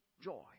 joy